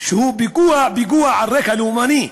שהוא פיגוע על רקע לאומני,